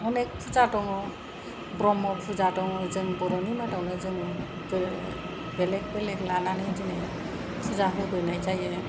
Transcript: अनेख फुजा दङ ब्रह्म फुजा दङ जों बर'नि मादावनो जों बेलेग बेलेग लानानै दिनै फुजा होबोनाय जायो